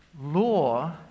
law